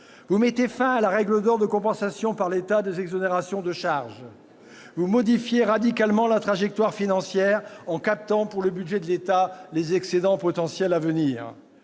Vous mettez fin à la règle d'or de compensation par l'État des exonérations de charges, vous modifiez radicalement la trajectoire financière en captant pour le budget de l'État les excédents potentiels à venir,